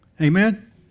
Amen